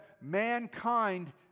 mankind